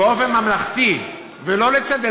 כיושב-ראש אתה צריך להתנהג באופן ממלכתי ולא לצדד,